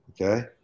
okay